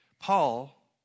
Paul